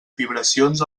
vibracions